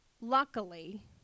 Luckily